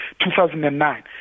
2009